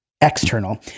external